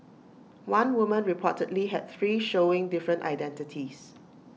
one woman reportedly had three showing different identities